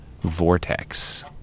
vortex